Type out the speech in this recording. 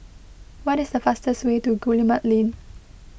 what is the fastest way to Guillemard Lane